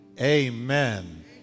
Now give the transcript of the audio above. Amen